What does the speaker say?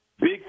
big